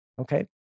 Okay